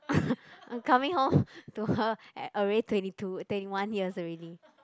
I'm coming home to her already twenty two twenty one years already